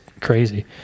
crazy